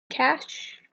cash